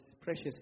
precious